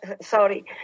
Sorry